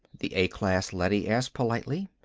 the a-class leady asked politely.